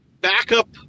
backup